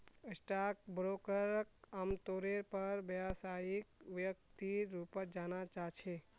stock ब्रोकरक आमतौरेर पर व्यवसायिक व्यक्तिर रूपत जाना जा छे